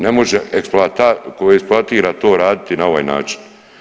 Ne može ko eksploatira to raditi na ovaj način.